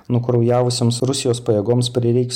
nukraujavusioms rusijos pajėgoms prireiks